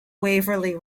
waverley